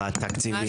על התקציבים.